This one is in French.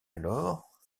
alors